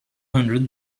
hundred